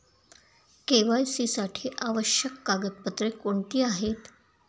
KYC साठी आवश्यक कागदपत्रे कोणती आहेत?